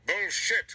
Bullshit